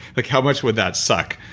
like how much would that suck?